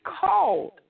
called